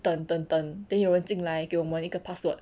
等等等 then 有人进来给我们一个 password